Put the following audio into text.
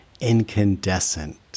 Incandescent